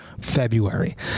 February